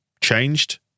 changed